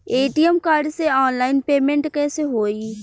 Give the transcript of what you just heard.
ATM card से online payment कैसे होई?